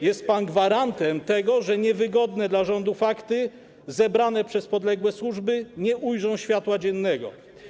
Jest pan gwarantem tego, że niewygodne dla rządu fakty zebrane przez podległe służby nie ujrzą światła dziennego.